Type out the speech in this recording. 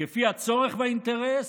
כפי הצורך, האינטרס,